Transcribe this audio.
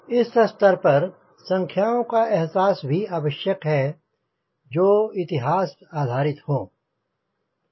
इस स्तर पर संख्याओं का एहसास भी आवश्यक है जो इतिहास पर आधारित हो